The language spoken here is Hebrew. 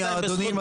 אדוני,